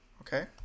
Okay